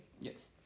Yes